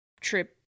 trip